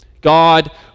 God